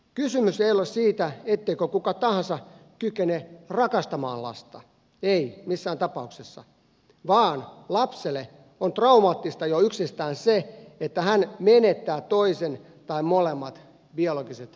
kysymys ei ole siitä etteikö kuka tahansa kykene rakastamaan lasta ei missään tapauksessa vaan lapselle on traumaattista jo yksistään se että hän menettää toisen tai molemmat biologiset vanhempansa